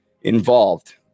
involved